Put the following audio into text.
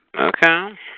Okay